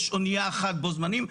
יש אוניה אחת בו זמנית,